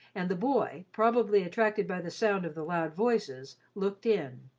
and the boy, probably attracted by the sound of the loud voices, looked in.